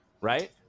Right